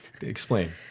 Explain